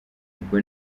ubwo